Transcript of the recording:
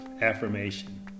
affirmation